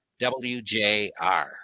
WJR